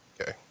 okay